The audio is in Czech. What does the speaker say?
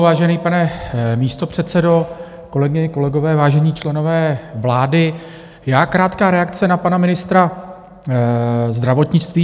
Vážený pane místopředsedo, kolegyně, kolegové, vážení členové vlády, krátká reakce na pana ministra zdravotnictví.